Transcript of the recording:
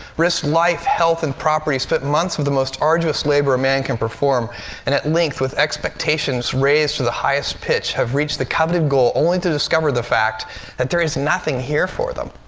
risked life, health and property, spent months of the most arduous labor a man can perform and at length with expectations raised to the highest pitch have reached the coveted goal only to discover the fact that there is nothing here for them.